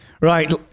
Right